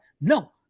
No